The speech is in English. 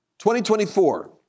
2024